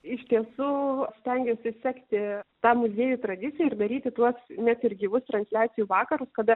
iš tiesų aš stengiuosi sekti ta muziejų tradicija ir daryti tuos net ir gyvus transliacijų vakarus kada